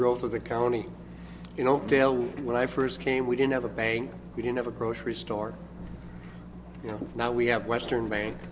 growth of the county in oakdale and when i first came we didn't have a bank we didn't have a grocery store you know now we have western